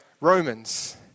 Romans